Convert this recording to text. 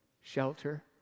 shelter